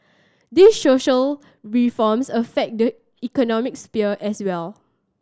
these social reforms affect the economic sphere as well